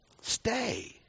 Stay